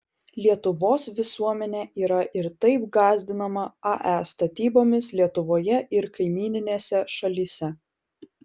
lietuvos visuomenė yra ir taip gąsdinama ae statybomis lietuvoje ir kaimyninėse šalyse